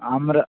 আমরা